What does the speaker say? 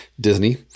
Disney